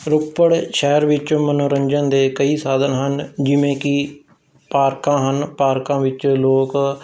ਰੋਪੜ ਸ਼ਹਿਰ ਵਿੱਚ ਮਨੋਰੰਜਨ ਦੇ ਕਈ ਸਾਧਨ ਹਨ ਜਿਵੇਂ ਕਿ ਪਾਰਕਾਂ ਹਨ ਪਾਰਕਾਂ ਵਿੱਚ ਲੋਕ